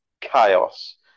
chaos